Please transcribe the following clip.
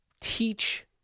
teach